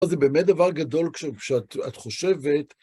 זה באמת דבר גדול כשאת חושבת...